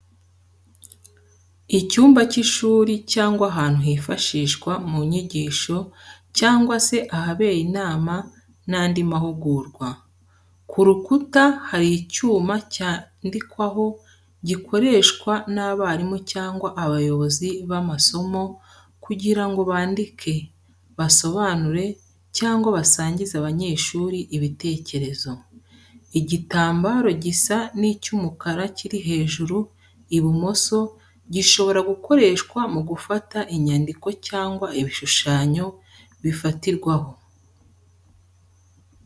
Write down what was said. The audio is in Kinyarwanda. Icyumba cy’ishuri cyangwa ahantu hifashishwa mu nyigisho, cyangwa se ahabera inama n'andi mahugurwa. Ku rukuta hari icyuma cyandikwaho gikoreshwa n’abarimu cyangwa abayobozi b’amasomo kugira ngo bandike, basobanure cyangwa basangize abanyeshuri ibitekerezo. Igitambaro gisa n’icy’umukara kiri hejuru ibumoso gishobora gukoreshwa mu gufata inyandiko cyangwa ibishushanyo bifatirwaho.